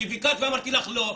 כי ביקשת ואמרתי לך לא.